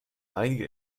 einige